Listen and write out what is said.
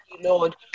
Lord